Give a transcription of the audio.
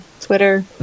Twitter